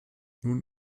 nun